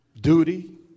Duty